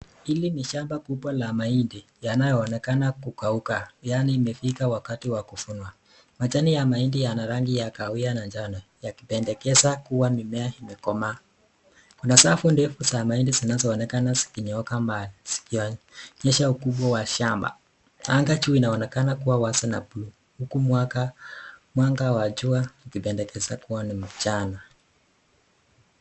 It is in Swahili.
Hili ni shamba kubwa la mahindi yanayoonekana kukauka, yani imefika wakati wa kuvunwa. Majani ya mahindi yana rangi ya kahawia na njano, yakipendekeza kua mimea imekomaa. Kuna safu ndefu za mahindi zinazoonekana zikinyooka, zikionyesha ukubwa shamba. Anga juu inaonekana kua wazi na buluu huku mwanga wa jua ikioshesha kua ni mchana.